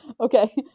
okay